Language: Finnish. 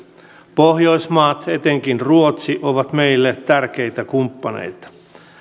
pohjoismaat etenkin ruotsi ovat meille tärkeitä kumppaneita